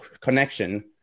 connection